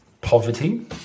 Poverty